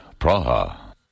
Praha